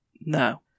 No